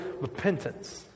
repentance